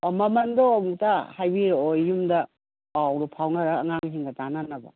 ꯃꯃꯟꯗꯣ ꯍꯥꯏꯐꯦꯠꯇ ꯍꯥꯏꯕꯤꯔꯛꯑꯣ ꯌꯨꯝꯗ ꯄꯥꯎꯗꯣ ꯐꯥꯎꯅꯔ ꯑꯉꯥꯡꯁꯤꯡꯒ ꯇꯥꯟꯅꯅꯕ